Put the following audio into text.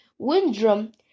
Windrum